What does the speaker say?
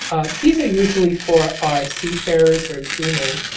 these are usually for our seafarers or ah crewmen,